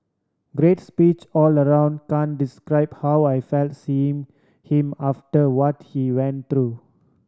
great speech all the round can describe how I felt seeing him after what he went through